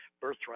Birthright